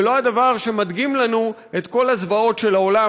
ולא הדבר שמדגים לנו את כל הזוועות של העולם,